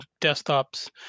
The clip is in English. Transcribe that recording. desktops